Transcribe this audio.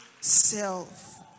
self